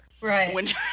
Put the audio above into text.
right